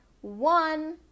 one